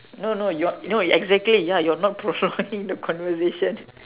no no you're no exactly ya you're not prolonging the conversation